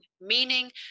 meaning